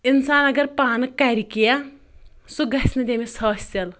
اِنسان اگر پانہٕ کَرِ کینٛہہ سُہ گژھِ نہٕ تٔمِس حٲصِل